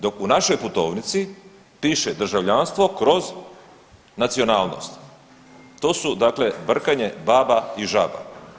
Dok u našoj putovnici piše državljanstvo/nacionalnost, to su dakle brkanje baba i žaba.